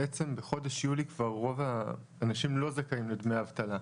בעצם בחודש יולי כבר רוב האנשים לא זכאים לדמי אבטלה.